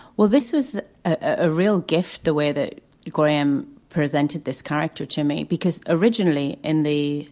well, this was a real gift, the way that graham presented this character to me, because originally in the